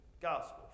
gospel